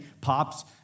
pops